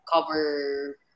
cover